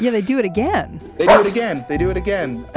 yeah they do it again they do it again they do it again